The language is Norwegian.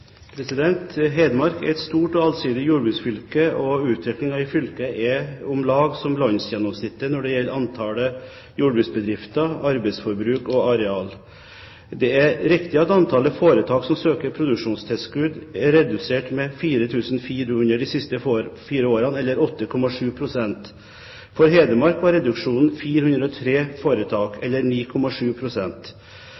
jordbruksfylke, og utviklingen i fylket er om lag som landsgjennomsnittet når det gjelder antallet jordbruksbedrifter, arbeidsforbruk og areal. Det er riktig at antallet foretak som søker produksjonstilskudd, er redusert med 4 400 de siste fire årene, eller 8,7 pst. For Hedmark var reduksjonen 403 foretak,